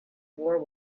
war